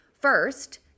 First